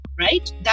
right